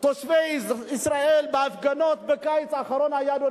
תושבי ישראל בהפגנות בקיץ האחרון היתה,